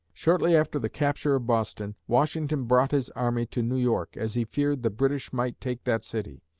shortly after the capture of boston, washington brought his army to new york, as he feared the british might take that city.